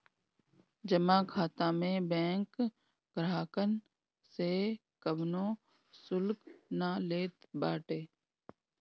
जमा खाता में बैंक ग्राहकन से कवनो शुल्क ना लेत बाटे